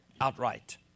outright